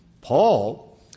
Paul